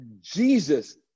Jesus